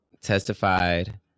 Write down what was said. testified